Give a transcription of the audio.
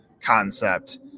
concept